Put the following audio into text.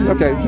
Okay